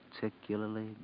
particularly